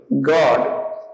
god